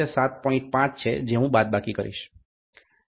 5 છે જે હું બાદબાકી કરીશ